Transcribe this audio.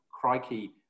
crikey